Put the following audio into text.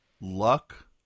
luck